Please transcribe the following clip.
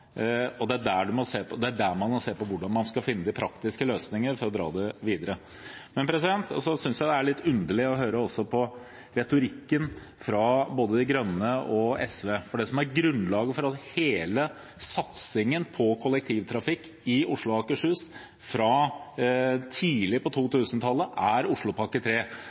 og det er der man må se på hvordan man skal finne de praktiske løsninger for å dra det videre. Jeg synes det er litt underlig å høre på retorikken fra både De Grønne og SV, for det som er grunnlaget for hele satsingen på kollektivtrafikk i Oslo og Akershus, fra tidlig på 2000-tallet, er Oslopakke